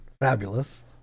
fabulous